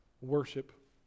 worship